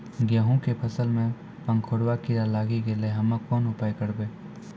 गेहूँ के फसल मे पंखोरवा कीड़ा लागी गैलै हम्मे कोन उपाय करबै?